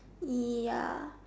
ya